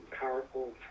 powerful